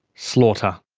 slaughter.